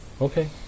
Okay